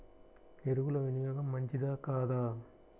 ఎరువుల వినియోగం మంచిదా కాదా?